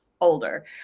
older